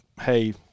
hey